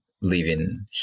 living